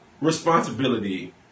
responsibility